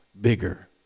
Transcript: bigger